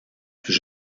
plus